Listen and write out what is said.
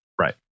Right